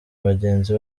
bagenzi